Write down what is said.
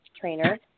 trainer